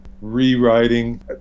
rewriting